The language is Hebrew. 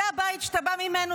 זה הבית שאתה בא ממנו,